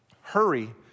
hurry